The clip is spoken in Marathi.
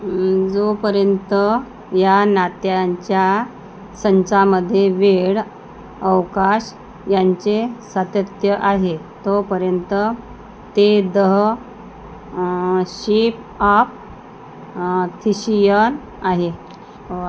जोपर्यंत या नात्यांच्या संचामध्ये वेळ अवकाश यांचे सातत्य आहे तोपर्यंत ते दह शिप ऑफ थिशियन आहे